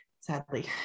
sadly